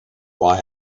why